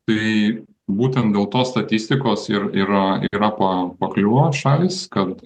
tai būtent dėl tos statistikos ir yra yra pa pakliūva šalys kad